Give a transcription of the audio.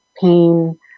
pain